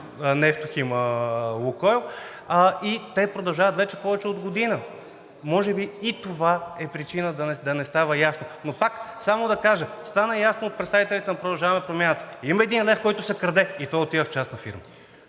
Нефтохим“, и те продължават вече повече от година. Може би това е причина да не става ясно, но пак само да кажа, стана ясно от представителите на „Продължаваме Промяната“ – има един лев, който се краде и той отива в частна фирма.